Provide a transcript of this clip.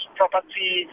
property